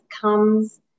comes